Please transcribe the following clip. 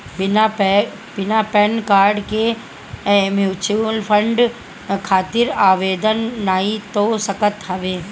बिना PAN card के mutual fund खातिर आवेदन नाइ हो सकत हवे